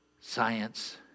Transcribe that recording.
Science